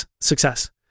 success